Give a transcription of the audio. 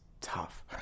tough